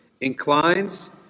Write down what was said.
inclines